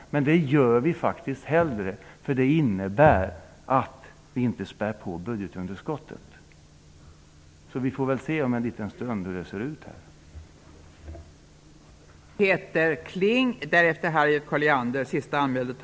Men det gör vi faktiskt hellre än att vi spär på budgetunderskottet. Vi får väl se om en liten stund hur det kommer att se ut.